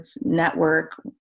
network